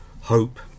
hope